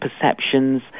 perceptions